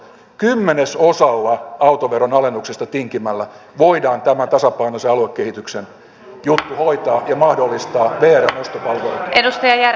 kymmenesosalla autoveron alennuksesta tinkimällä voidaan tämä tasapainoisen aluekehityksen juttu hoitaa ja mahdollistaa vrn ostopalvelut